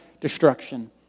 destruction